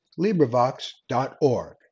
LibriVox.org